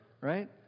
right